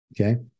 Okay